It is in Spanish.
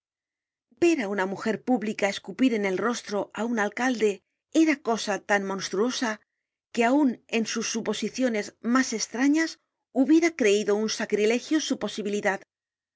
ver á una mujer pública escupir en el rostro á un alcalde era cosa tan monstruosa que aun en sus suposiciones mas estrañas hubiera creido un sacrilegio su posibilidad por